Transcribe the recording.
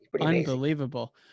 Unbelievable